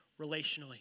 relationally